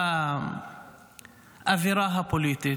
באווירה הפוליטית?